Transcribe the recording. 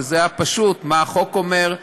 שזה הפשוט: מה החוק אומר,